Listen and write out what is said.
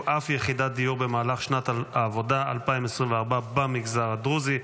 אף יחידת דיור במהלך שנת העבודה 2024 במגזר הדרוזי.